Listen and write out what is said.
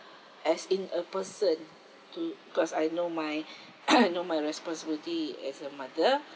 as in a person to cause I know my I know my responsibility as a mother